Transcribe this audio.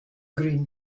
green